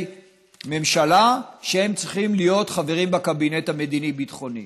ממשלה שהם צריכים להיות חברים בקבינט המדיני-ביטחוני.